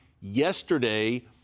yesterday